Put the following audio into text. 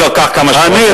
לא, קח כמה שאתה רוצה.